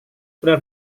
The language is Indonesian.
benar